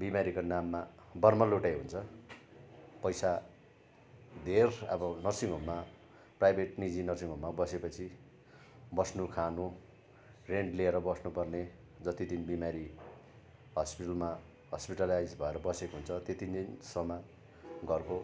बिमारीको नाममा बर्मालुटाइ हुन्छ पैसा धेर अब नर्सिङ होममा प्राइभेट निजी नर्सिङ होममा बसेपछि बस्नु खानु रेन्ट लिएर बस्नुपर्ने जति दिन बिमारी हस्पिटलमा हस्पिटलाइज्ड भएर बसेको हुन्छ त्यति दिनसम्म घरको